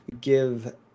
give